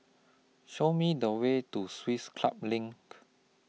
Show Me The Way to Swiss Club LINK